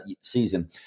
season